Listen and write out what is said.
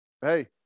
Hey